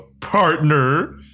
partner